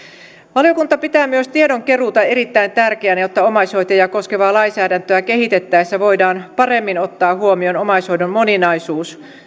valiokunta pitää myös tiedonkeruuta erittäin tärkeänä jotta omaishoitajia koskevaa lainsäädäntöä kehitettäessä voidaan paremmin ottaa huomioon omaishoidon moninaisuus